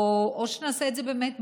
או שנעשה את זה באמת בוועדה.